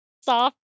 soft